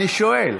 אני שואל.